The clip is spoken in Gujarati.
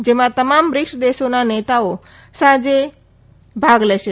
જેમાં તમામ બ્રિક્સ દેશોના નેતાઓ સાંજે ભાગ લેશે